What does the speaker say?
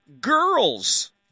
girls